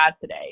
today